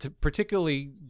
particularly